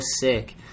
sick